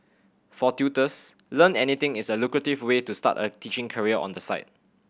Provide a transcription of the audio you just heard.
for tutors Learn Anything is a lucrative way to start a teaching career on the side